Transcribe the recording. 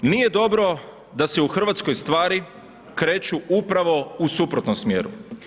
Nije dobro da se u Hrvatskoj stvari kreću upravo u suprotnom smjeru.